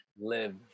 Live